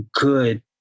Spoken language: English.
good